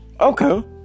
Okay